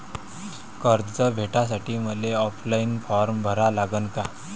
कर्ज भेटासाठी मले ऑफलाईन फारम भरा लागन का?